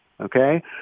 okay